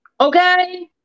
Okay